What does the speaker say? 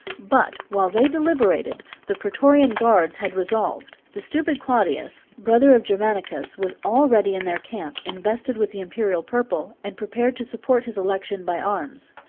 but while they deliberated, the praetorian guards had resolved. the stupid claudius, brother of germanicus, was already in their camp, invested with the imperial purple, and prepared to support his election by arms.